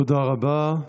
תודה רבה.